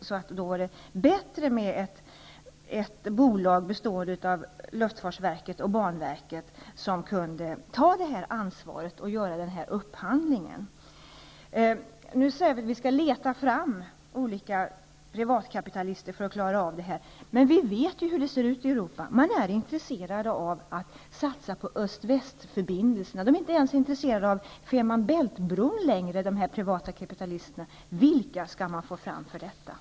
Det var bättre med ett bolag bestående av luftfartsverket och banverket, som kunde ta ansvaret och göra upphandlingen. Nu skall olika privatkapitalister sökas för att klara projektet. Men vi vet hur det ser ut i Europa. Där finns ett intresse att satsa på öst-västförbindelserna. De privata kapitalisterna är inte ens intresserade av bron över Femer Bælt längre. Vilka skall då finnas för Arlandabanan?